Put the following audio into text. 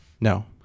No